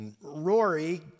Rory